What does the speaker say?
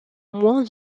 moins